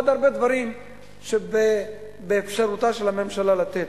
ועוד הרבה דברים שבאפשרותה של הממשלה לתת.